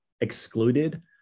excluded